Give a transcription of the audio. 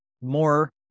more